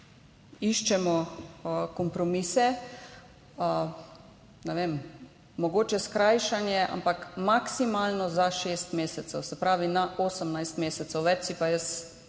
iščemo kompromise, ne vem, mogoče skrajšanje, ampak maksimalno za šest mesecev, se pravi na 18 mesecev. Več si pa jaz res